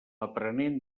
aprenent